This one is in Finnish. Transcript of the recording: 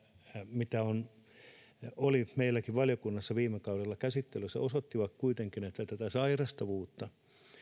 mitä oli meilläkin valiokunnassa viime kaudella käsittelyssä osoittivat kuitenkin tätä sairastavuutta